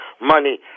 money